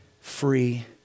free